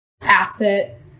asset